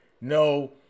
No